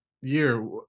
year